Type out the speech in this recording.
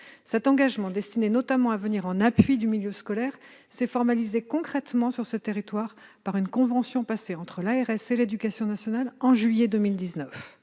Cet engagement, destiné notamment à venir en appui du milieu scolaire, s'est formalisé concrètement par une convention passée entre l'ARS et l'éducation nationale en juillet 2019.